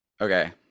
Okay